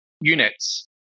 units